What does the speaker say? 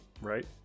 right